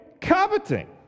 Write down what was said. coveting